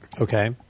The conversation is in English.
Okay